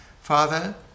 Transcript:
Father